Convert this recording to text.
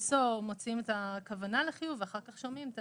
בסיסי מוצאים את הכוונה לחיוב ואחר כך שומעים את